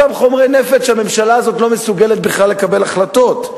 אותם חומרי נפץ שהממשלה הזאת לא מסוגלת בכלל לקבל בהם החלטות.